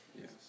Yes